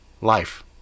life